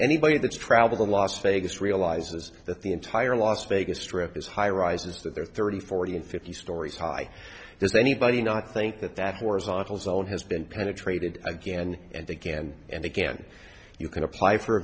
anybody that's travel to las vegas realizes that the entire las vegas strip is highrises that there are thirty forty and fifty stories high there's anybody not think that that horizontal zone has been penetrated again and again and again you can apply for